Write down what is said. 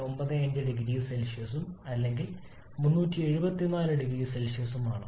95 0C അല്ലെങ്കിൽ 374 0C ഉം ആണ്